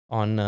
on